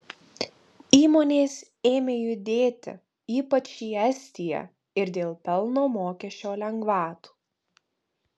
įmonės ėmė judėti ypač į estiją ir dėl pelno mokesčio lengvatų